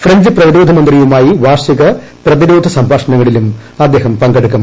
French പ്രതിരോധ മന്ത്രിയുമായി വാർഷിക പ്രതിരോധ സംഭാഷണങ്ങളിലും അദ്ദേഹം പങ്കെടുക്കും